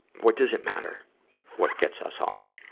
what does it matter what gets us off?